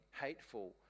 hateful